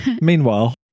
Meanwhile